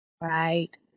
right